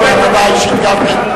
עוד מעט הודעה אישית גם כן.